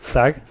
tak